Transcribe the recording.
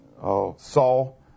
Saul